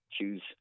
choose